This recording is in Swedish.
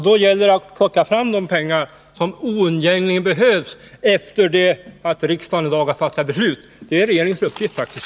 Då gäller det att skaka fram de pengar som oundgängligen behövs efter det att riksdagen har fattat beslut. Det är faktiskt en regerings uppgift.